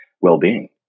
well-being